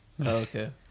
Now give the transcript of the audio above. okay